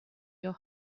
your